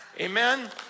Amen